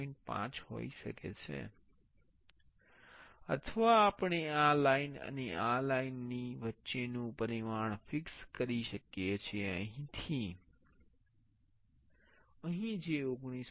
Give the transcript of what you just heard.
5 હોઈ શકે છે અથવા આપણે આ લાઇન અને આ લાઇન ની વચ્ચેનું પરિમાણ ફિક્સ કરી શકિએ છીએ અહીંથી અહીં જે 19